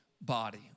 body